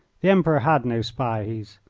the emperor had no spahis.